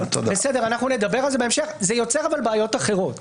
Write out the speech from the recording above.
אנחנו נדבר על זה בהמשך, אבל זה יוצר בעיות אחרות.